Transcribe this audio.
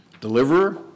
Deliverer